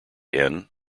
inn